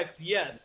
yes